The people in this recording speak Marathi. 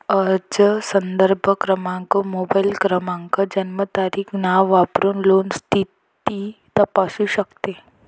अर्ज संदर्भ क्रमांक, मोबाईल क्रमांक, जन्मतारीख, नाव वापरून लोन स्थिती तपासू शकतो